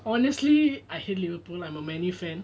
honestly I hate liverpool I'm a man U fan